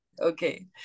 Okay